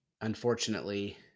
Unfortunately